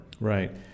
Right